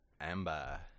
Amber